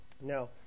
Now